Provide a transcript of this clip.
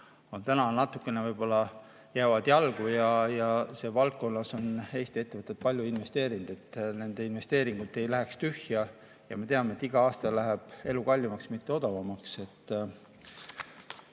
täna natukene võib-olla jäävad jalgu. Selles valdkonnas on Eesti ettevõtted palju investeerinud, [tuleks vaadata], et nende investeeringud ei läheks tühja. Ja me teame, et igal aastal läheb elu kallimaks, mitte odavamaks. Ma